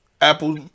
Apple